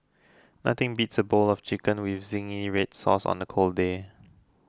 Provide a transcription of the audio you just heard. nothing beats a bowl of chicken with Zingy Red Sauce on a cold day